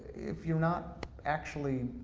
if you're not actually,